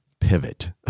pivot